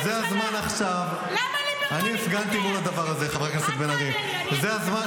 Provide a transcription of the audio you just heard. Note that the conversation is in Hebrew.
חבר הכנסת קריב נפגש איתם בשבוע שעבר, מה לעשות.